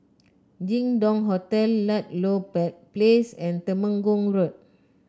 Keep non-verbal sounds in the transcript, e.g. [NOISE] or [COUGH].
Jin Dong Hotel Ludlow [UNINTELLIGIBLE] Place and Temenggong Road